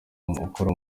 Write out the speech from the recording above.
ukora